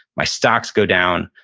my stocks go down.